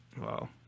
Wow